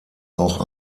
auch